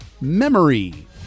Memory